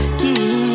key